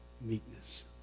meekness